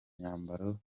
myambaro